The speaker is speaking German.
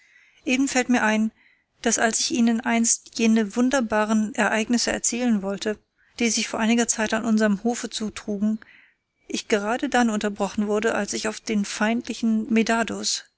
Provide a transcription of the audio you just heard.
eben fällt mir ein daß als ich ihnen einst jene wunderbaren ereignisse erzählen wollte die sich vor einiger zeit an unserm hofe zutrugen ich gerade dann unterbrochen wurde als ich auf den feindlichen